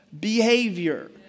behavior